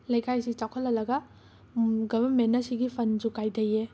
ꯂꯩꯀꯥꯏꯁꯤ ꯆꯥꯎꯈꯠꯍꯜꯂꯒ ꯒꯕꯃꯦꯟꯅ ꯁꯤꯒꯤ ꯐꯟꯁꯨ ꯀꯥꯏꯊꯩꯌꯦ